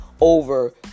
over